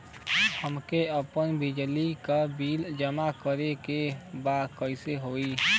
हमके आपन बिजली के बिल जमा करे के बा कैसे होई?